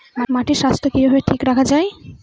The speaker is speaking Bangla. মাটির স্বাস্থ্য কিভাবে ঠিক রাখা যায়?